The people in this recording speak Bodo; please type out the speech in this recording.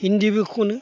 हिन्दीबो खनो